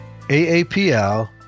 AAPL